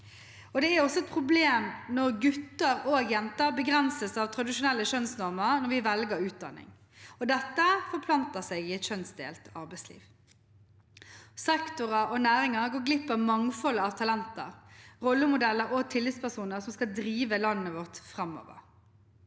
Det er også et problem når gutter og jenter begrenses av tradisjonelle kjønnsnormer når de velger utdanning. Dette forplanter seg i et kjønnsdelt arbeidsliv. Sektorer og næringer går glipp av mangfoldet av talenter, rollemodeller og tillitspersoner som skal drive landet vårt framover.